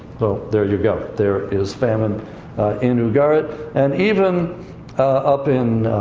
so, there you go. there is famine in ugarit. and even up in,